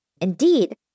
Indeed